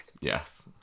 Yes